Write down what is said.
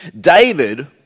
David